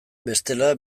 bestela